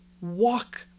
walk